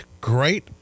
great